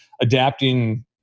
adapting